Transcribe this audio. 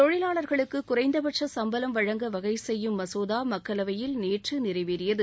தொழிலாளர்களுக்குகுறைந்தபட்சசம்பளம் வகைசெய்யும் மசோதாமக்களவையில் வழங்க நேற்றுநிறைவேறியது